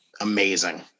amazing